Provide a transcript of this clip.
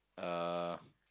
uh